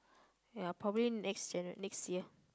ya probably next next year